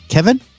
Kevin